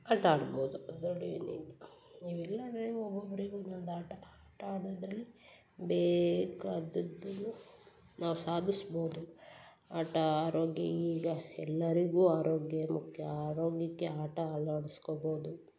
ಆಟಾಡ್ಬೋದು ಇವ್ ಇಲ್ಲಾಂದರೆ ಒಬೊಬ್ಬರಿಗೆ ಒಂದೊಂದು ಆಟ ಆಟ ಆಡೋದರಲ್ಲಿ ಬೇಕಾದದ್ದನ್ನು ನಾವು ಸಾಧಿಸ್ಬೋದು ಆಟ ಆರೋಗ್ಯ ಈಗ ಎಲ್ಲರಿಗೂ ಆರೋಗ್ಯ ಮುಖ್ಯ ಆರೋಗ್ಯಕ್ಕೆ ಆಟ ಅಳವಡಿಸ್ಕೊಬೋದು